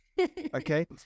Okay